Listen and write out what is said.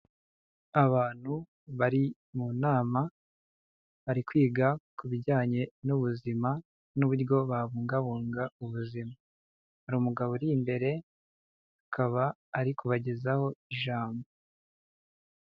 Abantu bari mu nama, bari kwiga ku bijyanye n'ubuzima n'uburyo babungabunga ubuzima, hari umugabo uri imbere akaba ari kubagezaho ijambo.